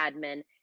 admin